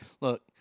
Look